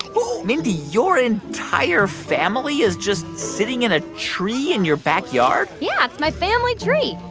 so mindy, your entire family is just sitting in a tree in your backyard? yeah, it's my family tree.